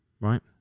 Right